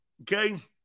Okay